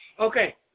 Okay